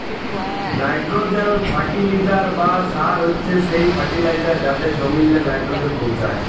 nitrogen fertiliser বা সার হছে সে ফার্টিলাইজার যাতে জমিল্লে লাইট্রোজেল পৌঁছায়